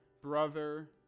brother